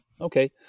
Okay